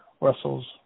Russell's